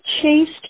chased